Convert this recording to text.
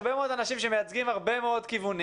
אחרון, בנושא של השלכות ארוכות הטווח.